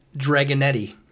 Dragonetti